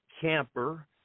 camper